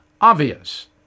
obvious